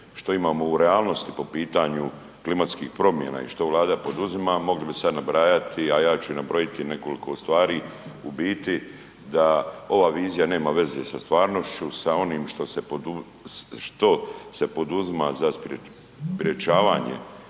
što imamo u realnosti po pitanju klimatskih promjena i što Vlada poduzima, mogli bi sad nabrajati, a ja ću i nabrojiti nekoliko stvari. U biti da ova vizija nema veze sa stvarnošću sa onim što se poduzima za sprječavanje